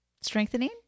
strengthening